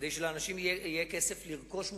כדי שלאנשים יהיה כסף לרכוש מוצרים,